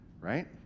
Right